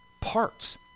parts